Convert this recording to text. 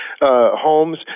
homes